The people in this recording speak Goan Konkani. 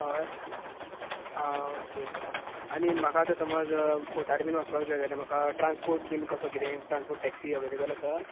हय आं ओके आनी म्हाका आता समज फोर्टार बी वचपाक जाय जाल्यार ट्रान्सपोर्ट बी कसो कितें ट्रान्सपोर्ट टॅक्सि अवेलेबल आसा